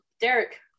Derek